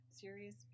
series